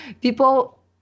People